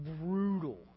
brutal